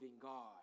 God